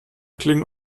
klingen